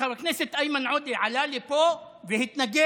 חבר הכנסת איימן עודה עלה לפה והתנגד.